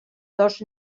dos